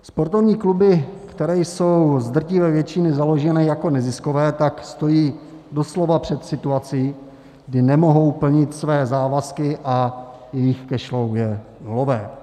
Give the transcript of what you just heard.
Sportovní kluby, které jsou z drtivé většiny založeny jako neziskové, stojí doslova před situací, kdy nemohou plnit své závazky a jejich cash flow je nulové.